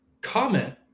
comment